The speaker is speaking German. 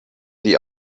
die